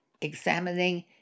examining